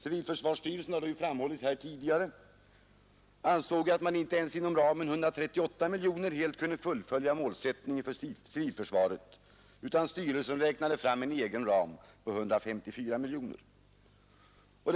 Civilförsvarsstyrelsen — det har framhållits här tidigare — ansåg dock att man inte ens inom ramen 138 miljoner kronor helt kan fullfölja målsättningen för civilförsvaret utan räknade fram en egen ram på 154 miljoner kronor.